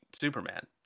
Superman